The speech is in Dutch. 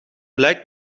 blijkt